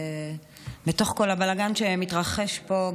מתוך כל הבלגן שמתרחש פה,